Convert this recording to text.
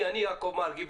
אני יעקב מרגי,